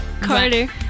Carter